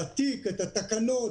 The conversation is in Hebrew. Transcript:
מעתיקים את התקנות